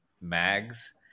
mags